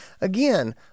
again